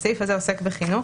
הסעיף הזה עוסק בחינוך,